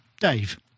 Dave